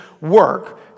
work